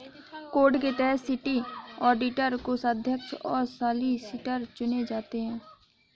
code के तहत city auditor, कोषाध्यक्ष और सॉलिसिटर चुने जाते हैं